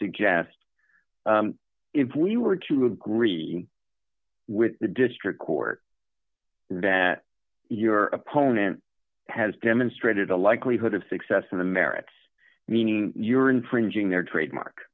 suggest if we were to agree with the district court that your opponent has demonstrated a likelihood of success on the merits meaning you're infringing their trademark